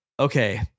Okay